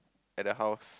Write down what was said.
at the house